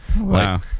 Wow